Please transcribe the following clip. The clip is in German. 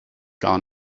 gar